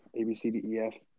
ABCDEF